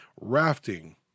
rafting